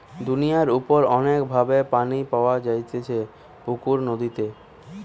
দুনিয়ার উপর অনেক ভাবে পানি পাওয়া যাইতেছে পুকুরে, নদীতে